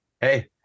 Hey